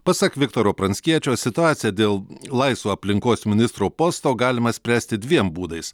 pasak viktoro pranckiečio situaciją dėl laisvo aplinkos ministro posto galima spręsti dviem būdais